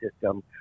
system